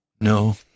No